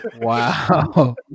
wow